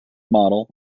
model